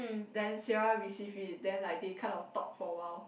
then Siera receive it then like they kind of talk for awhile